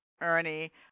Ernie